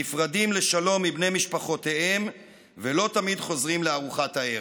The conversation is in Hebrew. נפרדים לשלום מבני משפחותיהם ולא תמיד חוזרים לארוחת הערב?